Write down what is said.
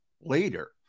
later